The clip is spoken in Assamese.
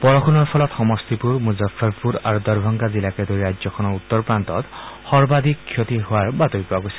বৰষুণৰ ফলত সমষ্টিপুৰ মুজাফ্ফৰপুৰ আৰু দৰভাংগা জিলাকে ধৰি ৰাজ্যখনৰ উত্তৰ প্ৰান্তত সৰ্বাধিক ক্ষতি হোৱাৰ বাতৰি পোৱা গৈছে